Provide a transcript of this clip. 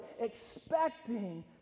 expecting